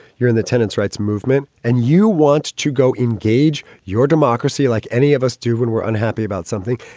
you're in the tenants rights movement and you want to go engage your democracy like any of us do when we're unhappy about something,